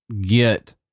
get